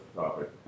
topic